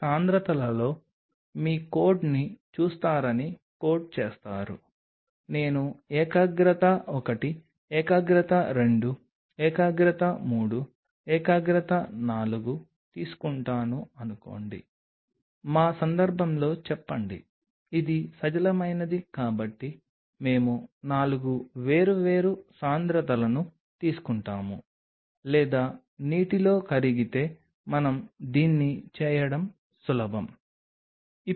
మరియు contact angle మారుతున్నందున cell attachment లక్షణాలు కూడా మారుతాయి ఎందుకంటే మీరు ఇక్కడ ఉంచేది మీకు తెలిసిన ఉప్పు మరియు ఇతర అణువులతో నిండిన ఉప్పు ద్రావణం అని మీరు అర్థం చేసుకోవాలి కానీ ఉపయోగించిన అన్ని మాధ్యమాలలో ఆధారం సజలంగా ఉంటుంది